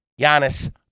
Giannis